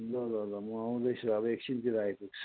ल ल ल म आउँदै छु अब एकछिनतिर आइपुग्छु